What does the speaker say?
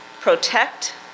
protect